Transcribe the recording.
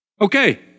Okay